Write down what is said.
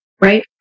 right